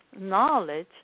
knowledge